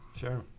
sure